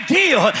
deal